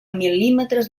mil·límetres